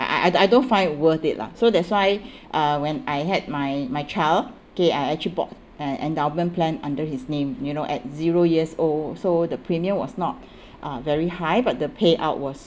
I I I don't find it worth it lah so that's why uh when I had my my child okay I actually bought an endowment plan under his name you know at zero years old so the premium was not uh very high but the payout was